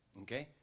okay